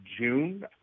June